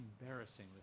embarrassing